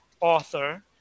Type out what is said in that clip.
author